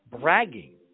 bragging